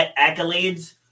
accolades